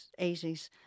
80s